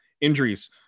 Injuries